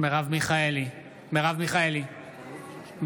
מרב מיכאלי, בעד